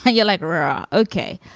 ah you like aurora? okay,